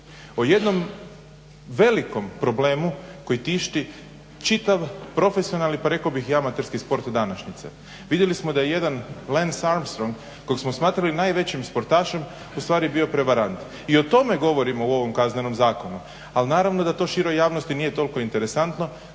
o jednom velikom problemu koji tišti čitav profesionalni, pa rekao bih i amaterski sport današnjice. Vidjeli smo da je jedan Lens Amstrong kojeg smo smatrali najvećim sportašem u stvari bio prevarant. I o tome govorimo u ovom Kaznenom zakonu, ali naravno da to široj javnosti nije toliko interesantno